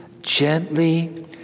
gently